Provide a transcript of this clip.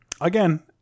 Again